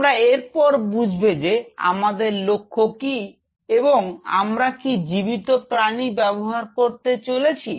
তোমরা এরপর বুঝবে যে আমাদের লক্ষ্য কি এবং আমরা কি জীবিত প্রাণী ব্যবহার করতে চলেছি